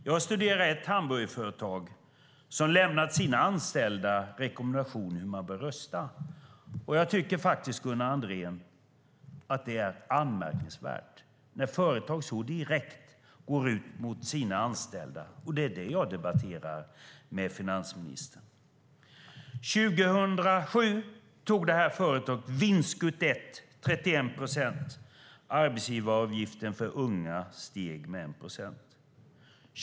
Jag har studerat ett hamburgerföretag som lämnat sina anställda rekommendationer om hur de bör rösta. Jag tycker faktiskt, Gunnar Andrén, att det är anmärkningsvärt när företag så direkt går ut mot sina anställda. Det är det jag debatterar med finansministern. År 2007 tog företaget i fråga vinstskutt ett, 31 procent. Arbetsgivaravgiften för unga steg med 1 procent.